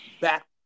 back